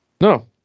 No